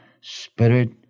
spirit